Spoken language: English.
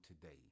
today